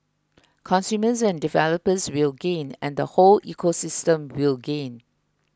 consumers and developers will gain and the whole ecosystem will gain